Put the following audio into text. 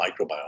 microbiome